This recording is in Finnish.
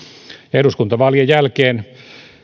eduskuntavaalien jälkeen